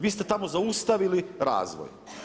Vi ste tamo zaustavili razvoj.